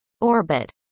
orbit